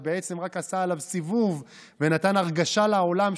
ובעצם רק עשה עליו סיבוב ונתן הרגשה לעולם שהינה,